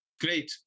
Great